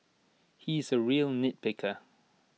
he is A real nitpicker